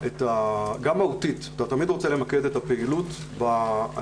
גם מהותית אתה תמיד רוצה למקד את הפעילות באנשים